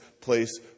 place